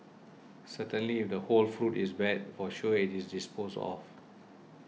certainly if the whole fruit is bad for sure it is disposed of